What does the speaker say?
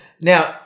Now